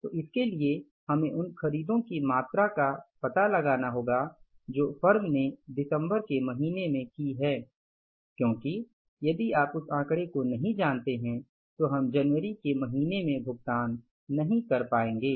तो इसके लिए हमें उन खरीदों की मात्रा का पता लगाना होगा जो फर्म ने दिसंबर के महीने में की हैं क्योंकि यदि आप उस आंकड़े को नहीं जानते हैं तो हम जनवरी के महीने में भुगतान नहीं कर पाएंगे